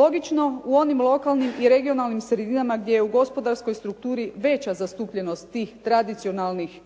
Logično u onim lokalnim i regionalnim sredinama gdje je u gospodarskoj strukturi veća zastupljenost tih tradicionalnih